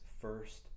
first